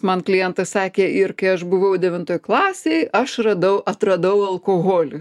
man klientas sakė ir kai aš buvau devintoj klasėj aš radau atradau alkoholį